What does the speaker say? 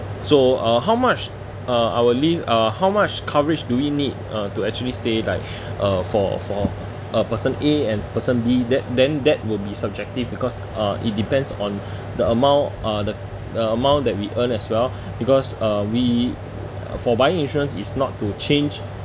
so uh how much uh I will lea~ uh how much coverage do we need uh to actually say like uh for for uh person A and person B that then that will be subjective because uh it depends on the amount uh the the amount that we earn as well because uh we for buying insurance is not to change